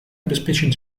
обеспечить